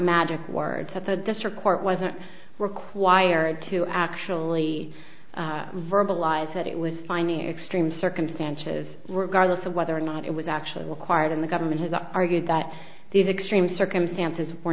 magic words that the district court wasn't required to actually verbalize that it was finding extreme circumstances regardless of whether or not it was actually required and the government has argued that these extreme circumstances were